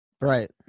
Right